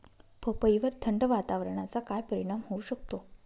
पपईवर थंड वातावरणाचा काय परिणाम होऊ शकतो?